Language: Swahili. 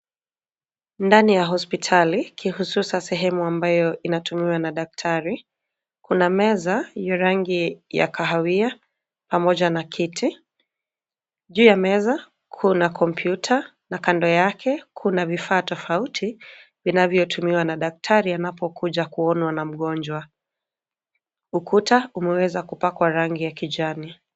Ndani ya hospitali kihususa sehemu ambayo inatumiwa na daktari, kuna meza ya rangi ya kahawia pamoja na kiti. Juu ya meza kuna kompyuta na kando yake kuna vifaa tofauti vinavyotumiwa na daktari anapokuja kuonwa na mgonjwa. Ukuta umeweza kupakwa rangi ya kijani.